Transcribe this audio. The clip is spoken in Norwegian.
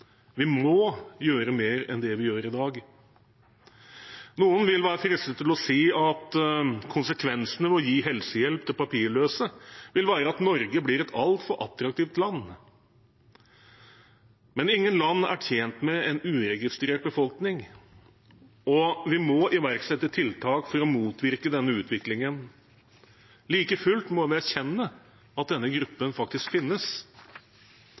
Vi må gjøre mer enn det vi gjør i dag. Noen vil være fristet til å si at konsekvensene ved å gi helsehjelp til papirløse vil være at Norge blir et altfor attraktivt land. Men ingen land er tjent med en uregistrert befolkning. Vi må iverksette tiltak for å motvirke denne utviklingen. Like fullt må vi erkjenne at denne gruppen faktisk finnes.